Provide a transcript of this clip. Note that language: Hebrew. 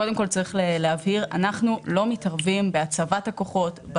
קודם כל צריך להבהיר שאנחנו לא מתערבים בהצבת הכוחות,